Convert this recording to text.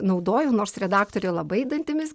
naudoju nors redaktorė labai dantimis